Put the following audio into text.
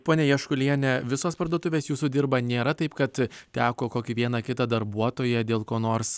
ponia jaškuliene visos parduotuvės jūsų dirba nėra taip kad teko kokį vieną kitą darbuotoją dėl ko nors